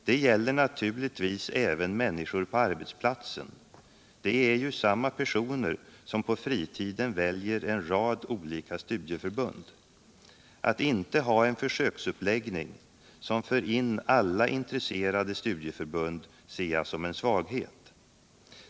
Det gäller naturligtvis även människor på arbetsplatsen — det är ju samma personer som på fritiden väljer en rad olika studieförbund. Att inte ha en försöksuppläggning som för in alla intresserade studieförbund ser jag som en svaghet.